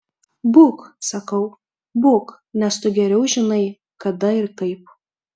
būk sakau būk nes tu geriau žinai kada ir kaip